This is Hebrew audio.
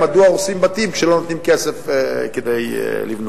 מדוע הורסים בתים כשלא נותנים כסף כדי לבנות.